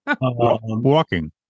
Walking